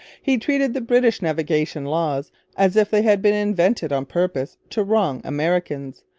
he treated the british navigation laws as if they had been invented on purpose to wrong americans,